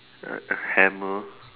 a a hammer